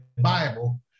Bible